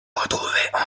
retrouver